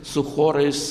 su chorais